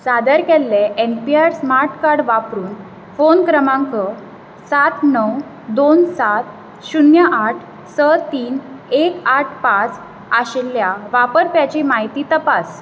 सादर केल्लें N P R smart card वापरून फोन क्रमांक सात णव दोन सात शुन्य आठ स तीन एक आठ पांच आशिल्ल्या वापरप्याची म्हायती तपास